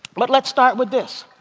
let's let's start with this.